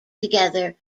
together